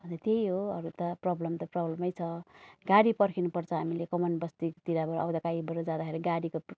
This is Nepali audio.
अन्त त्यही हो अरू त प्रब्लम त प्रब्लमै छ गाडी पर्खिनु पर्छ हामीले कमान बस्तीतिरबाट आउँदा कहीँबाट जाँदाखेरि गाडीको